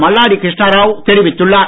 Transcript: மல்லாடி கிருஷ்ணராவ் தெரிவித்துள்ளார்